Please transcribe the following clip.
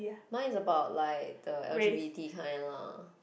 mine about like the L_G_B_T kind lah